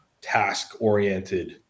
task-oriented